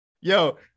Yo